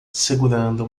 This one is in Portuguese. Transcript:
segurando